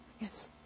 Yes